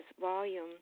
volume